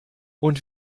und